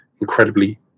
incredibly